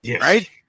right